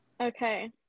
Okay